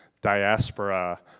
diaspora